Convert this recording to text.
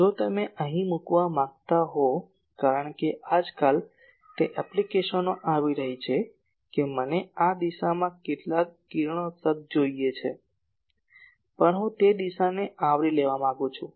જો તમે અહીં મૂકવા માંગતા હો કારણ કે આજકાલ તે એપ્લિકેશનો આવી રહી છે કે મને આ દિશામાં કેટલાક કિરણોત્સર્ગ જોઈએ છે પણ હું તે દિશાને આવરી લેવા માંગુ છું